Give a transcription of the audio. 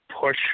push